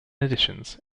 editions